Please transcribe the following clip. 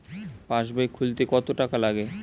পাশবই খুলতে কতো টাকা লাগে?